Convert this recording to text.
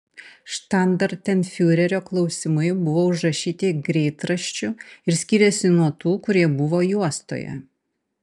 štandartenfiurerio klausimai buvo užrašyti greitraščiu ir skyrėsi nuo tų kurie buvo juostoje